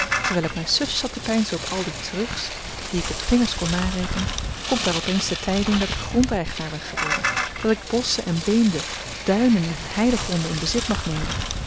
nù terwijl ik mij suf zat te peinzen op al die terug's die ik op vingers kon narekenen komt daar op eens de tijding dat ik grondeigenaar ben geworden dat ik bosschen en beemden duinen en heidegronden in bezit mag nemen dan